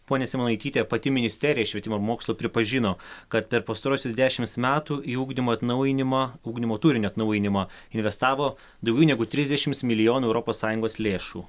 ponia simonaityte pati ministerija švietimo ir mokslo pripažino kad per pastaruosius dešims metų į ugdymo atnaujinimą ugdymo turinio atnaujinimą investavo daugiau negu trisdešims milijonų europos sąjungos lėšų